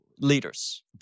leaders